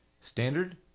Standard